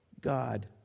God